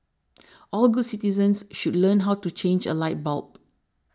all good citizens should learn how to change a light bulb